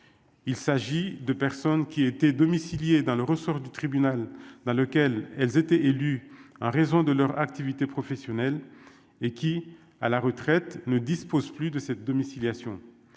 il s'agit de personnes qui étaient domiciliés dans le ressort du tribunal dans lequel elles étaient élus en raison de leur activité professionnelle et qui, à la retraite ne dispose plus de 7 domiciliation,